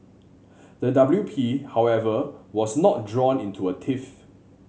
the W P however was not drawn into a tiff